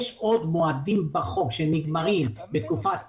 יש עוד מועדים בחוק שנגמרים בתקופת הסגר,